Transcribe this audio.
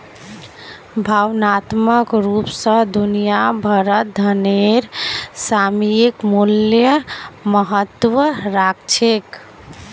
भावनात्मक रूप स दुनिया भरत धनेर सामयिक मूल्य महत्व राख छेक